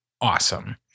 Awesome